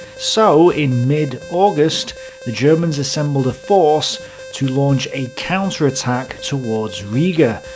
so, in mid-august, the germans assembled a force to launch a counterattack towards riga,